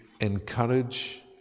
encourage